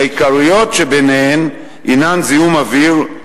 שהעיקריות שביניהן הינן זיהום אוויר,